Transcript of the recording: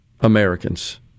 Americans